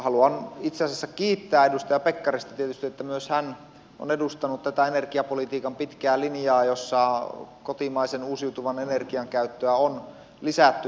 haluan itse asiassa tietysti kiittää edustaja pekkarista että myös hän on edustanut energiapolitiikan pitkää linjaa jossa kotimaisen uusiutuvan energian käyttöä on lisätty